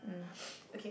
okay